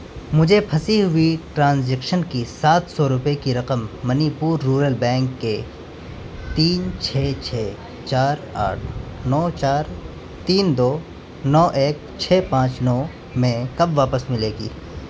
مجھے پھنسی ہوئی ٹرانزیکشن کی سات سو روپئے کی رقم منی پور رورل بینک کے تین چھ چھ چار آٹھ نو چار تین دو نو ایک چھ پانچ نو میں کب واپس ملے گی